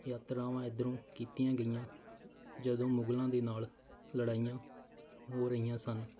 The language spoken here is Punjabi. ਯਾਤਰਾਵਾਂ ਇੱਧਰੋਂ ਕੀਤੀਆਂ ਗਈਆਂ ਜਦੋਂ ਮੁਗਲਾਂ ਦੇ ਨਾਲ ਲੜਾਈਆਂ ਹੋ ਰਹੀਆਂ ਸਨ